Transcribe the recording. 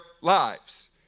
lives